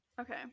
Okay